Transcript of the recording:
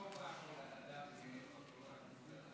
לא השארת מישהו שלא ביקרת אותו.